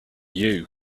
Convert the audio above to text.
you